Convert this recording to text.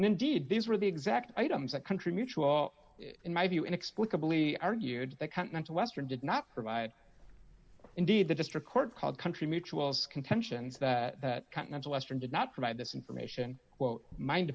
indeed these were the exact items that country mutual in my view inexplicably argued that continental western did not provide indeed the district court called country mutuals contentions that continental western did not provide this information